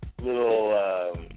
Little